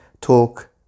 talk